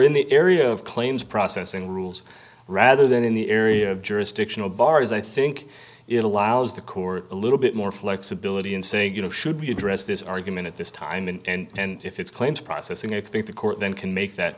in the area of claims processing rules rather than in the area of jurisdictional bars i think it allows the court a little bit more flexibility and say you know should be addressed this argument at this time and if it's claims processing i think the court then can make that